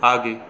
आगे